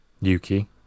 Yuki